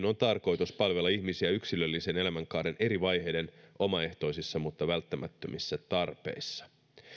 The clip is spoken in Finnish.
on tarkoitus palvella ihmisiä yksilöllisen elämänkaaren eri vaiheiden omaehtoisissa mutta välttämättömissä tarpeissa